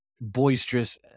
boisterous